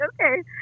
okay